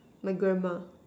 my grandma